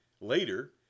Later